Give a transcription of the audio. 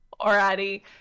Alrighty